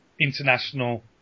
international